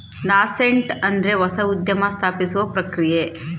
nascent ಅಂದ್ರೆ ಹೊಸ ಉದ್ಯಮ ಸ್ಥಾಪಿಸುವ ಪ್ರಕ್ರಿಯೆ